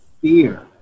fear